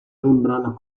membrana